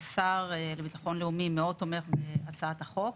השר לביטחון לאומי תומך מאוד בהצעת החוק.